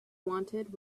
wanted